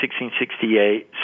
1668